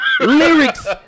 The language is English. Lyrics